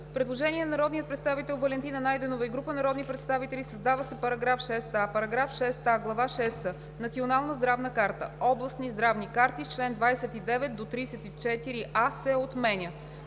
Предложение на народния представител Валентина Найденова и група народни представители: „Създава се § 6а: „§ 6а. Глава шеста – „Национална здравна карта, областни здравни карти“ с чл. 29 – 34а, се отменя.“